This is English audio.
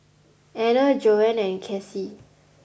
Anner Joan and Cassie